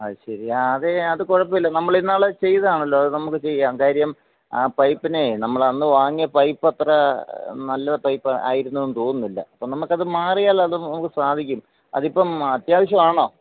അത് ശരി ആ അതെ അത് കുഴപ്പമില്ല നമ്മളിന്നാൾ ചെയ്തതാണല്ലോ അത് നമുക്ക് ചെയ്യാം കാര്യം ആ പൈപ്പിനെ നമ്മളന്ന് വാങ്ങിയ പൈപ്പത്ര നല്ല പൈപ്പ് ആയിരുന്നൂന്ന് തോന്നുന്നില്ല അപ്പം നമുക്കത് മാറിയാൽ അത് നമുക്ക് സാധിക്കും അതിപ്പം അത്യാവശ്യവാന്നോ